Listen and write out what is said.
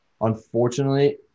unfortunately